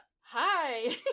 Hi